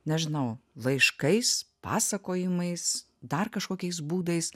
nežinau laiškais pasakojimais dar kažkokiais būdais